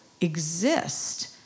exist